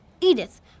Edith